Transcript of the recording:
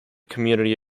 community